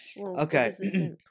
Okay